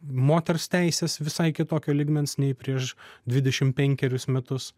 moters teisės visai kitokio lygmens nei prieš dvidešimt penkerius metus